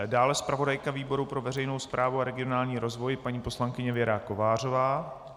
Dále zpravodajka výboru pro veřejnou správu a regionální rozvoj, paní poslankyně Věra Kovářová.